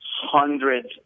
Hundreds